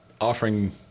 offering